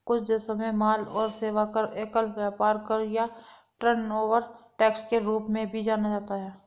कुछ देशों में माल और सेवा कर, एकल व्यापार कर या टर्नओवर टैक्स के रूप में भी जाना जाता है